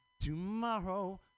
tomorrow